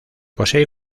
posee